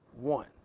one